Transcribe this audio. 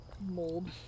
mold